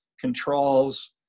controls